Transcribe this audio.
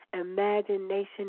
imagination